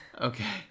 Okay